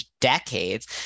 decades